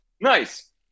nice